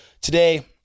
today